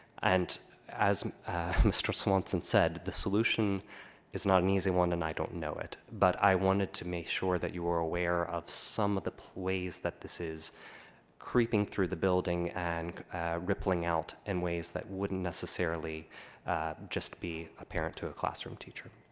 and as mr. swanson said, the solution is not an easy one, and i don't know it, but i wanted to make sure that you are aware of some of the plays that this is creeping through the building and rippling out in ways that wouldn't necessarily just be apparent to a classroom teacher.